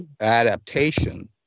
adaptation